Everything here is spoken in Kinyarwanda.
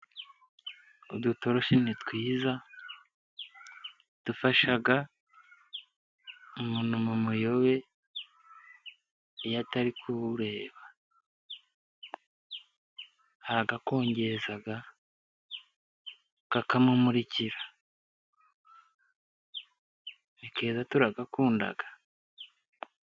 Udutoroshi ni twiza, dufasha umuntu mu muyobe, iyo atari kureba. Aragakongeza, kakamumurikira. Ni keza turagakunda.